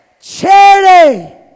Charity